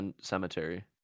cemetery